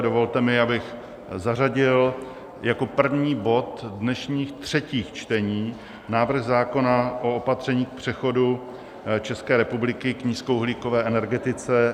Dovolte mi, abych zařadil jako první bod dnešních třetích čtení návrh zákona o opatřeních k přechodu České republiky k nízkouhlíkové energetice.